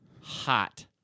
hot